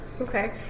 okay